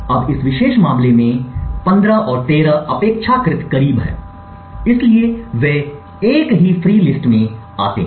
अब इस विशेष मामले में 15 और 13 अपेक्षाकृत करीब हैं इसलिए वे एक ही फ्री लिस्ट में आते हैं